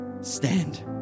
stand